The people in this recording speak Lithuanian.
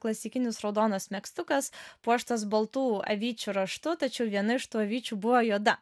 klasikinis raudonas megztukas puoštas baltų avyčių raštu tačiau viena iš tų avyčių buvo juoda